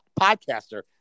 podcaster